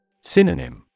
Synonym